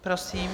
Prosím.